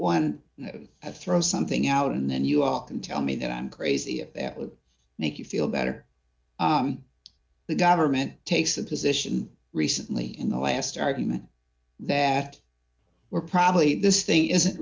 one i throw something out and then you all can tell me that i'm crazy that would make you feel better the government takes a position recently in the last argument that we're probably this thing isn't